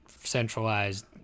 centralized